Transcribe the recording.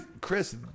Chris